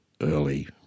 Early